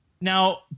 now